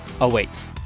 awaits